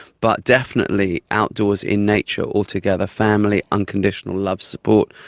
but definitely outdoors in nature all together, family, unconditional love, support,